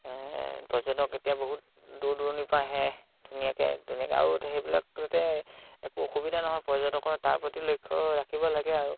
পৰ্যটক এতিয়া বহুত দূৰ দূৰণিৰ পা আহে ধুনীয়াকৈ ধুনীয়াকৈ আৰু সেইবিলাক তাতে একো অসুবিধা নহয় পৰ্যটকৰ তাৰ প্ৰতি লক্ষ্য ৰাখিব লাগে আৰু